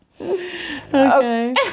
Okay